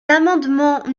amendements